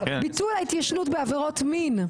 ביטול ההתיישנות בעבירות מין.